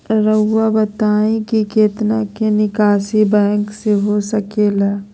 रहुआ बताइं कि कितना के निकासी बैंक से हो सके ला?